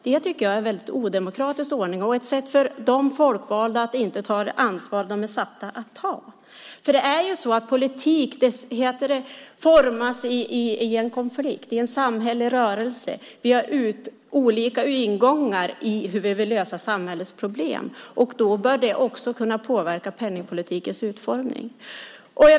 Det är en odemokratisk ordning, och det är också ett sätt för de folkvalda att inte ta det ansvar de är satta att ta. Politiken formas ju i en konflikt. Det är en samhällelig rörelse. Vi har olika ingångar till hur vi vill lösa samhällets problem, och det bör även kunna påverka penningpolitikens utformning.